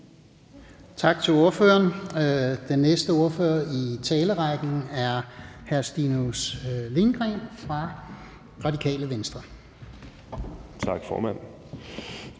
Tak til ordføreren. Den næste ordfører i talerrækken er hr. Stinus Lindgreen fra Radikale Venstre. Kl.